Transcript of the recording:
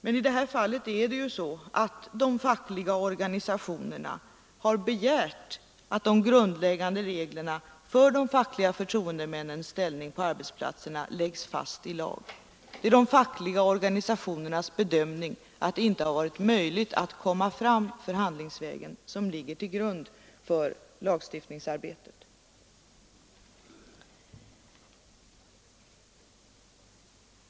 Men i det här fallet har de fackliga organisationerna begärt att de grundläggande reglerna för de fackliga förtroendemännens ställning på arbetsplatserna läggs fast i lag. Det är de fackliga organisationernas bedömning att det inte har varit möjligt att komma fram förhandlingsvägen som ligger till grund för lagstiftningsarbetet.